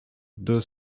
deux